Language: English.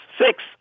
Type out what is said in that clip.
six